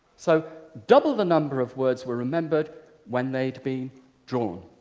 so double the number of words were remembered when they'd been drawn.